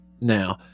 now